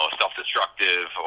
self-destructive